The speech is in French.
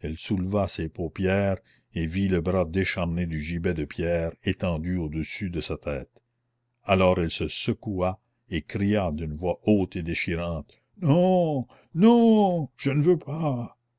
elle souleva ses paupières et vit le bras décharné du gibet de pierre étendu au-dessus de sa tête alors elle se secoua et cria d'une voix haute et déchirante non non je ne veux pas